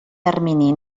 termini